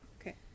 Okay